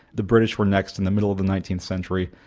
the british were next in the middle of the nineteenth century.